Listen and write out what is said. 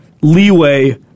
leeway